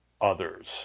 others